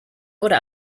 oder